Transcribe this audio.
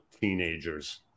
teenagers